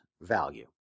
value